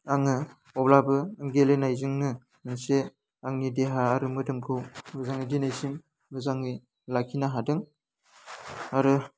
आङो अब्लाबो गेलेनायजोंनो मोनसे आंनि देहा आरो मोदोमखौ मोजाङै दिनैसिम मोजाङै लाखिनो हादों आरो